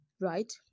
right